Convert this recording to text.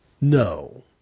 No